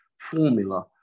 formula